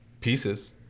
pieces